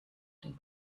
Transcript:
den